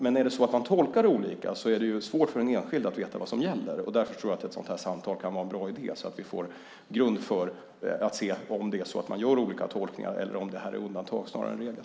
Men om det sker olika tolkningar är det svårt för en enskild att veta vad som gäller. Därför kan ett sådant samtal vara en bra idé så att det går att se om det finns en grund för att det sker olika tolkningar eller om det är undantag snarare än regel.